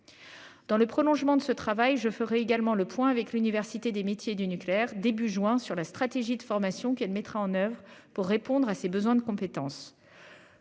Dans le prolongement de ce travail je également le point avec l'université des métiers du nucléaire début juin sur la stratégie de formation qu'elle mettra en oeuvre pour répondre à ses besoins de compétences.